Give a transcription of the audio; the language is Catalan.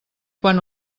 quan